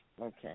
Okay